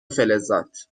فلزات